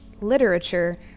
literature